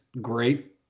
great